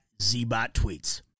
ZBotTweets